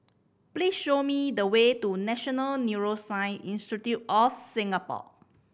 please show me the way to National Neuroscience Institute of Singapore